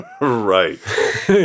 right